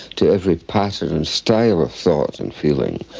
to every pattern and style of thought and feeling,